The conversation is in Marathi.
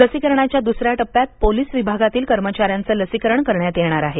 लसीकरणाच्या दुसऱ्या टप्प्यात पोलीस विभागातील कर्मचाऱ्यांचे लसीकरण करण्यात येणार आहे